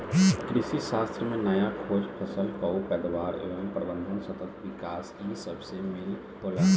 कृषिशास्त्र में नया खोज, फसल कअ पैदावार एवं प्रबंधन, सतत विकास इ सबके मेल होला